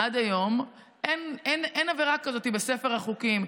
עד היום אין עבירה כזאת בספר החוקים.